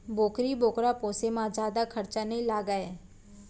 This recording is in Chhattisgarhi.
बोकरी बोकरा पोसे म जादा खरचा नइ लागय